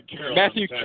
Matthew